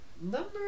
Number